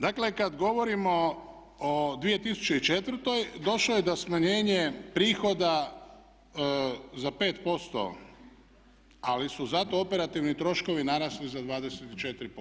Dakle, kad govorimo o 2004. došlo je do smanjenja prihoda za 5%, ali su zato operativni troškovi narasli za 24%